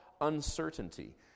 uncertainty